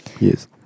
Yes